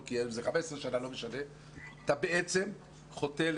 אתה בעצם חוטא לתפקידך.